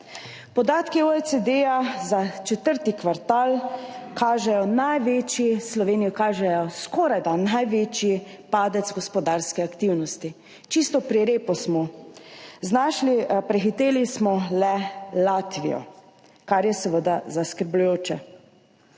Podatki OECD za četrti kvartal Sloveniji kažejo skorajda največji padec gospodarske aktivnosti, čisto pri repu smo se znašli, prehiteli smo le Latvijo, kar je seveda zaskrbljujoče.